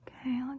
Okay